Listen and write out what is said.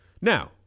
Now